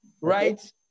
right